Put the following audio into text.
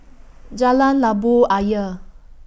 Jalan Labu Ayer